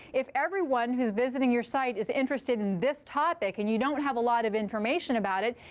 if everyone who is visiting your site is interested in this topic and you don't have a lot of information about it,